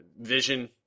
Vision